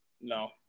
no